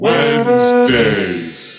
Wednesdays